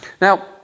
Now